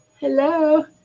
hello